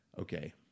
okay